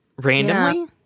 randomly